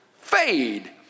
fade